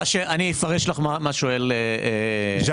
אני אפרש לך מה שואל ג'ק.